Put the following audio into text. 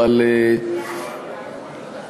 אבל